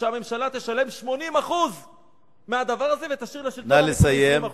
שהממשלה תשלם 80% מהדבר הזה ותשאיר לשלטון המקומי 20% נא לסיים.